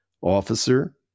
Officer